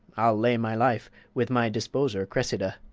i'll lay my life, with my disposer cressida.